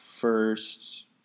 first